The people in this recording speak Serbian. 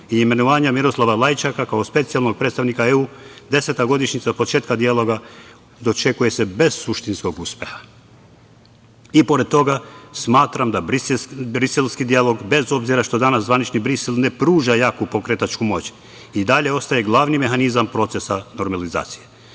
i imenovanja Miroslava Lajčaka kao specijalnog predstavnika EU, deseta godišnjica od početka dijaloga dočekuje se bez suštinskog uspeha. I pored toga, smatram da briselski dijalog, bez obzira što danas zvanični Brisel ne pruža jaku pokretačku moć, i dalje ostaje glavni mehanizam procesa normalizacije.